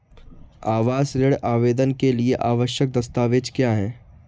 आवास ऋण आवेदन के लिए आवश्यक दस्तावेज़ क्या हैं?